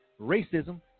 racism